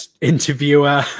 interviewer